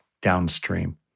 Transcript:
downstream